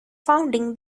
founding